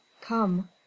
come